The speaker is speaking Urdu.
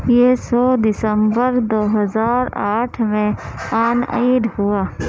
یہ سو دسمبر دو ہزار آٹھ میں آن ایڈ ہوا